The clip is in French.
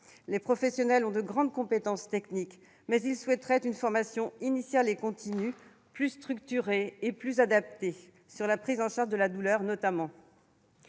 Les professionnels ont de grandes compétences techniques, mais ils souhaiteraient une formation initiale et continue plus structurée et plus adaptée, sur la prise en charge de la douleur notamment.